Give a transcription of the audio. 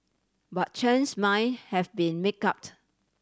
but Chen's mind have been make up